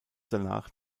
danach